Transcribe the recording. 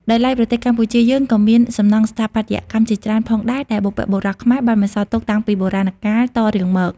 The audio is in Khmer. ដោយឡែកប្រទេសកម្ពុជាយើងក៏មានសំណង់ស្ថាបត្យកម្មជាច្រើនផងដែរដែលបុព្វបុរសខ្មែរបានបន្សល់ទុកតាំងពីបុរាណកាលតរៀងមក។